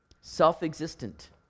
self-existent